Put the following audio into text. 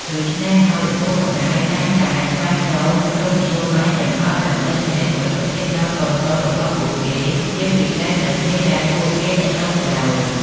ដូច្នេះហើយ ឪពុកម្តាយតែងតែស្វែងរកគ្រប់មធ្យោបាយទាំងអស់ដើម្បីធានាសុវត្ថិភាពដល់កូនៗរបស់ពួកគេ ជាពិសេសនៅពេលដែលពួកគេនៅតូចនៅឡើយ។